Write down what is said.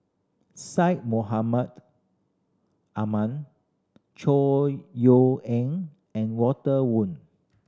Syed Mohamed Ahmed Chor Yeok Eng and Walter Woon